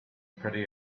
pretty